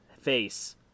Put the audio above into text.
face